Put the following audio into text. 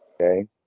Okay